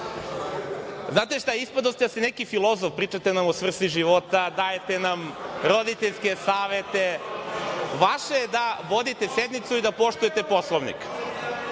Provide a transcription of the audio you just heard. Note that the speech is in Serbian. Znate šta, ispadoste da ste neki filozof. Pričate nam o svrsi života, dajete nam roditeljske savete. Vaše je da vodite sednicu i da poštujete Poslovnik.